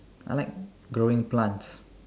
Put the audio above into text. I like growing plants